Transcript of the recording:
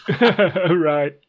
Right